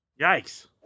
Yikes